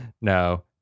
No